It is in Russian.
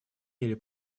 или